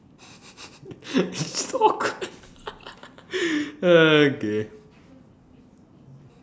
so awkward ah okay